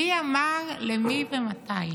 מי אמר למי ומתי?